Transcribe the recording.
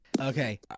Okay